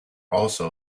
also